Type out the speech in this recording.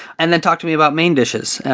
and then talk to me about main dishes.